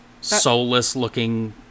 soulless-looking